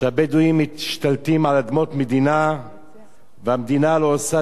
שהבדואים משתלטים על אדמות מדינה והמדינה לא עושה